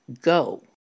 go